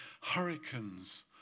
hurricanes